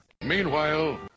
Meanwhile